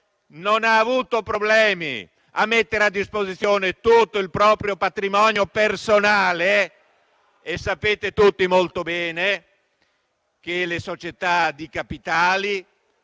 non ha avuto problemi a mettere a disposizione tutto il proprio patrimonio personale. Sapete tutti molto bene che le società di capitali